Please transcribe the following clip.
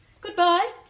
Goodbye